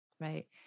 right